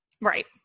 Right